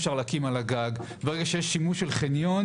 אפשר להקים על הגג; ברגע שיש שימוש בחניון,